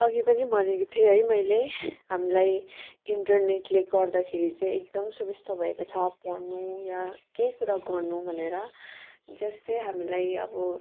अघि पनि भनेको थिएँ है मैले हामीलाई इन्टरनेटले गर्दाखेरि चाहिँ एकदम सुविस्ता भएको छ पढ्नु या केही कुरा गर्नु भनेर जस्तै हामीलाई अब